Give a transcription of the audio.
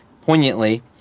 poignantly